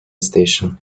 station